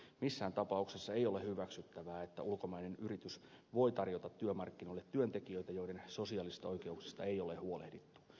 missään tapauksessa ei ole hyväksyttävää että ulkomainen yritys voi tarjota työmarkkinoille työntekijöitä joiden sosiaalisista oikeuksista ei ole huolehdittu